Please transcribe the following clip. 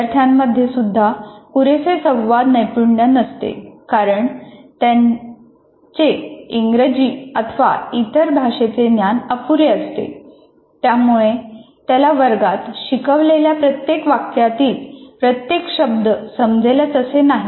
विद्यार्थ्यांमध्ये सुद्धा पुरेसे संवाद नैपुण्य नसते कारण त्याचे इंग्रजी अथवा इतर भाषेचे ज्ञान अपुरे असते त्यामुळे त्याला वर्गात शिकवलेल्या प्रत्येक वाक्यातील प्रत्येक शब्द समजेलच असे नाही